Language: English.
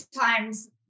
times